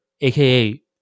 aka